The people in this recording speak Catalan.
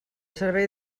servei